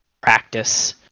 practice